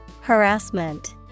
Harassment